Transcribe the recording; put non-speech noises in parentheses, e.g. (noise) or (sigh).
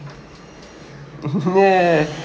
(laughs) yeah